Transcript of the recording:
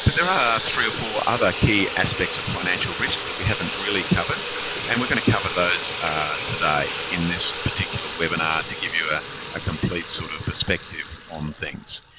but there are three or four other key aspects of financial risks that we haven't really covered and we're going to cover those today in this particular webinar to give you a ah complete sort of perspective on things.